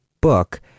book